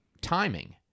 Timing